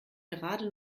gerade